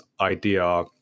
idea